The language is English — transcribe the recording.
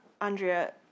Andrea